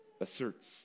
asserts